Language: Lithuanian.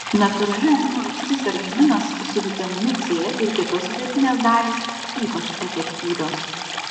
natūrali amino rūgštis argininas su vitaminu c ir kitos sudėtinės dalys ypač efektyvios